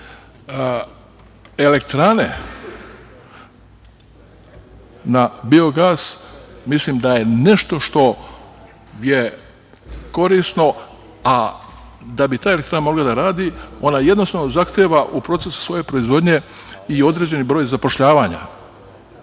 elektrane na biogas mislim da su nešto što je korisno, a da bi ta elektrana mogla da radi ona jednostavno zahteva u procesu svoje proizvodnje i određen broj zapošljavanja.